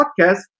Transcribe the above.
podcast